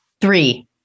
Three